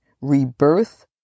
rebirth